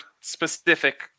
specific